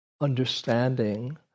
understanding